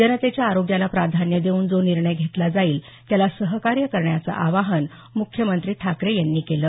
जनतेच्या आरोग्याला प्राधान्य देऊन जो निर्णय घेतला जाईल त्याला सहकार्य करण्याचं आवाहन मुख्यमंत्री ठाकरे यांनी केलं